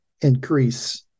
increase